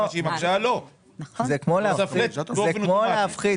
היא עושה פלט באופן אוטומטי,